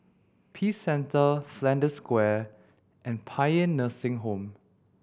Peace Centre Flanders Square and Paean Nursing Home